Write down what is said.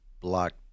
blocked